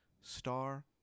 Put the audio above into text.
star